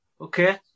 okay